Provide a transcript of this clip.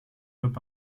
top